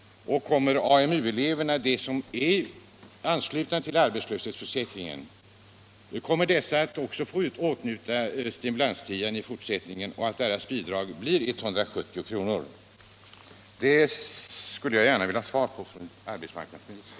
Kommer även de AMU-elever som är anslutna till arbetslöshetsförsäkringen att få åtnjuta stimulans-tian i fortsättningen så att deras bidrag blir 170 kr.? Det skulle jag gärna vilja ha svar på från arbetsmarknadsministern.